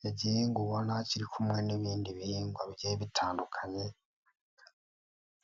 ni igihingwa ubona kiri kumwe n'ibindi bihingwa bigiye bitandukanye.